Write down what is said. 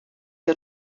you